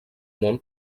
món